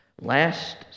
Last